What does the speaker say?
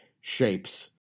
shapes